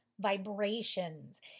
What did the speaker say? vibrations